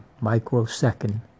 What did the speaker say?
microsecond